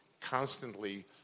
constantly